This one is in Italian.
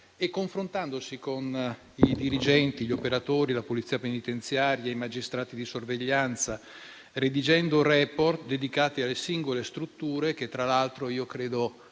a confrontarsi con i dirigenti, gli operatori, la Polizia penitenziaria, i magistrati di sorveglianza, per redigere *report* dedicati alle singole strutture che, tra l'altro, a